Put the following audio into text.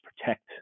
protect